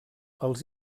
els